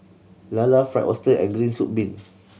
lala Fried Oyster and green soup bean